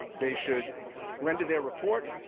they should render their report,